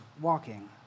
walking